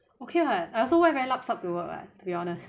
okay lah I also wear very lup sup to work [what] to be honest